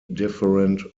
different